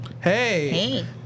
Hey